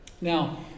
Now